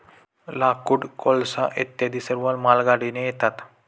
लाकूड, कोळसा इत्यादी सर्व मालगाडीने येतात